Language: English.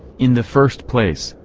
in the first place,